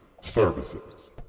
services